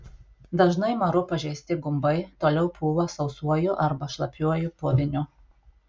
dažnai maru pažeisti gumbai toliau pūva sausuoju arba šlapiuoju puviniu